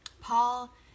Paul